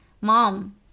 mom